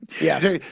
Yes